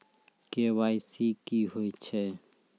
KYC की होय छै?